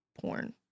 porn